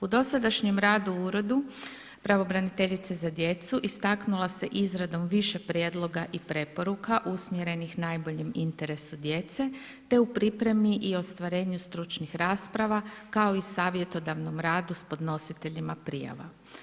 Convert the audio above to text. U dosadašnjem radu u uredu pravobraniteljice za djecu istaknula se izradom više prijedloga i preporuka usmjerenih najboljem interesu djece te u pripremi i ostvarenju stručnih rasprava, kao i savjetodavnom radu s podnositeljima prijava.